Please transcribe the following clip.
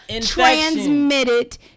transmitted